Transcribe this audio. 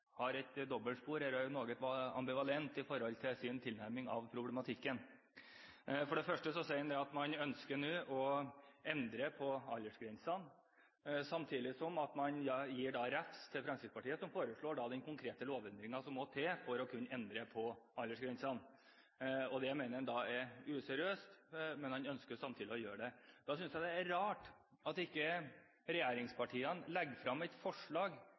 har et dobbeltspor eller er noe ambivalent i sin tilnærming til problematikken. For det første sier han at man nå ønsker å endre aldersgrensene, og samtidig gir han refs til Fremskrittspartiet som foreslår den konkrete lovendringen og som må til for å kunne endre aldersgrensene. Det mener han er useriøst, men han ønsker samtidig å gjøre det. Da synes jeg det er rart at ikke regjeringspartiene legger frem et forslag